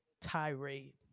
tirade